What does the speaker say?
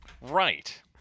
Right